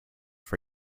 for